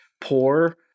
poor